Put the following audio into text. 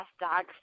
Dogs